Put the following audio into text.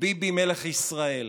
ביבי מלך ישראל.